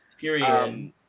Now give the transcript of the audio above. period